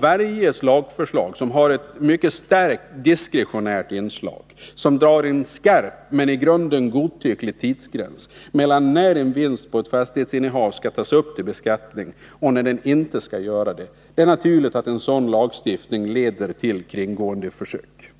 Varje lagförslag som har ett starkt diskretionärt inslag, som drar en skarp — men i grunden godtycklig — tidsgräns mellan när en vinst på fastighetsinnehav skall upptas till beskattning och när den inte skall göra det, leder naturligt nog till kringgåendeförsök.